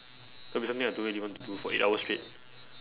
that'll be something I don't really want to do for eight hours straight